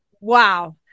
Wow